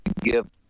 give